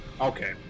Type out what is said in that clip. Okay